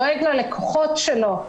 דואגים ללקוחות שלהם.